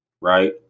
right